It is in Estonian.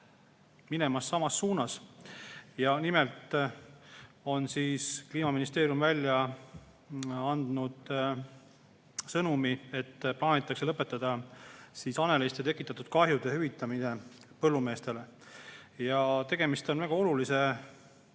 minemas selles suunas. Nimelt on Kliimaministeerium välja andnud sõnumi, et plaanitakse lõpetada haneliste tekitatud kahjude hüvitamine põllumeestele. Tegemist on väga olulise